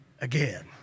again